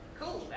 cool